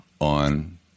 on